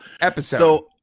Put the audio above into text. Episode